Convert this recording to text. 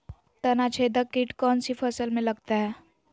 तनाछेदक किट कौन सी फसल में लगता है?